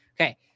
Okay